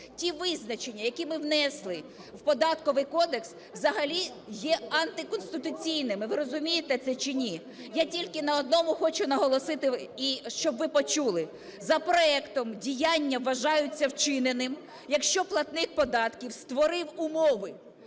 ті визначення, які ми внесли в Податковий кодекс взагалі є антиконституційним. Ви розумієте це чи ні? Я тільки на одному хочу наголосити, і щоб ви почули. За проектом: "діяння вважаються вчиненим, якщо платник податків створив умови".